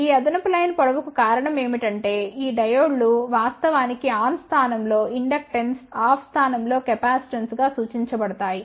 ఈ అదనపు లైన్ పొడవుకు కారణం ఏమిటంటే ఈ డయోడ్ లు వాస్తవానికి ఆన్ స్థానం లో ఇండక్టెన్స్ ఆఫ్ స్థానం లో కెపాసిటెన్స్ గా సూచించబడతాయి